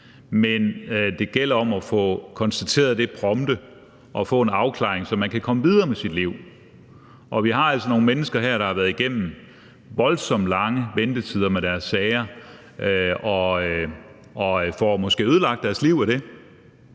men det gælder om at få konstateret det prompte og få en afklaring, så personen kan komme videre med sit liv. Og vi har altså nogle mennesker her, der har været igennem voldsomt lange ventetider med deres sager, og som måske får ødelagt deres liv af det.